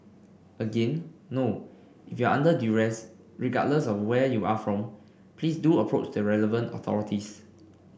again no if you are under duress regardless of where you are from please do approach the relevant authorities